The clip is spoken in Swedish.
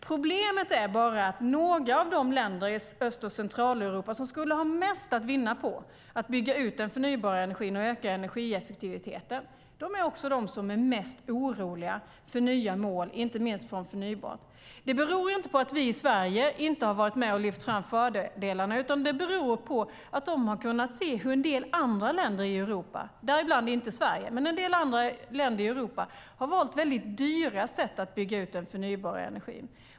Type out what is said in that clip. Problemet är att några av de länder i Öst och Centraleuropa som skulle ha mest att vinna på att bygga ut den förnybara energin och öka energieffektiviteten också är de som är mest oroliga för nya mål, inte minst när det gäller förnybart. Det beror inte på att vi i Sverige inte varit med och lyft fram fördelarna, utan det beror på att de sett hur en del länder i Europa, dock inte Sverige, valt mycket dyra sätt att bygga ut den förnybara energin.